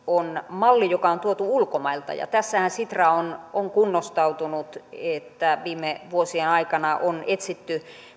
on malli joka on tuotu ulkomailta ja tässähän sitra on on kunnostautunut että viime vuosien aikana on etsitty